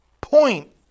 point